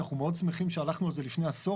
אנחנו מאוד שמחים שהלכנו על זה לפני עשור